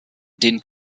den